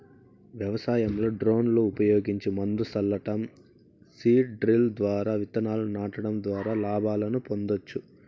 వ్యవసాయంలో డ్రోన్లు ఉపయోగించి మందును సల్లటం, సీడ్ డ్రిల్ ద్వారా ఇత్తనాలను నాటడం ద్వారా లాభాలను పొందొచ్చు